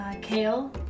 kale